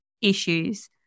issues